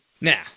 Now